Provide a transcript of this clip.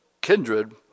kindred